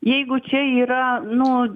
jeigu čia yra nu